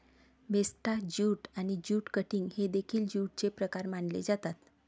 मेस्टा jute आणि jute cutting हे देखील ज्यूटचे प्रकार मानले जातात